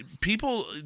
people